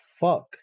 fuck